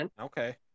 Okay